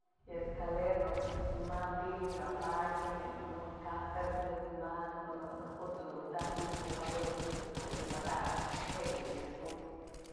Ye escalera në ko'o najk ma ti ka padyë ji'im yë mëjkajpedëp manytë badëp o në ko'o ju'ut dun tajyë ji'ib kukabëp manytë dun ji'ib madakëp jë'e yë dun nya tum.